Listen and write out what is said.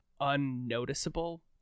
unnoticeable